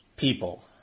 people